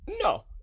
no